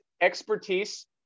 expertise